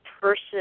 person